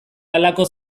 halako